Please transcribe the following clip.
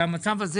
הזה